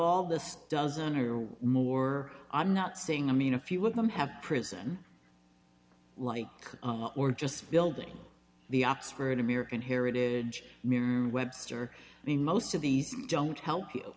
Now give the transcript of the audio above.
all this dozen or more i'm not saying i mean a few of them have prison like or just building the oxford american heritage webster i mean most of these don't help you